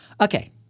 Okay